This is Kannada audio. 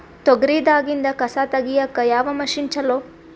ತೊಗರಿ ದಾಗಿಂದ ಕಸಾ ತಗಿಯಕ ಯಾವ ಮಷಿನ್ ಚಲೋ?